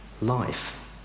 life